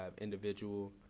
individual